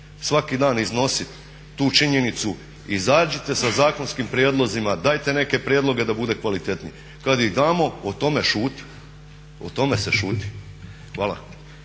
svaki dan iznosit tu činjenicu, izađite sa zakonskim prijedlozima, dajte neke prijedloge da bude kvalitetnije. Kad ih damo o tome šuti, o tome se šuti. Hvala.